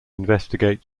investigate